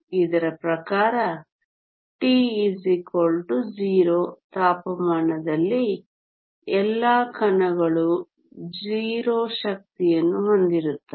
ಇದರ ಪ್ರಕಾರ T 0 ತಾಪಮಾನದಲ್ಲಿ ಎಲ್ಲಾ ಕಣಗಳು 0 ಶಕ್ತಿಯನ್ನು ಹೊಂದಿರುತ್ತವೆ